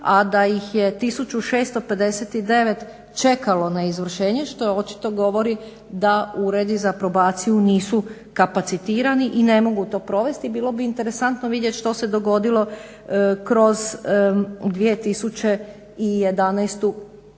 a da ih je 1659 čekalo na izvršenje što očito govori da uredi za probaciju nisu kapacitirani i ne mogu to provesti. Bilo bi interesantno vidjet što se dogodilo kroz 2011.